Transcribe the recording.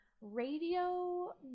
radio